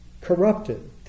Corrupted